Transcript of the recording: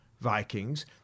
Vikings